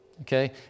Okay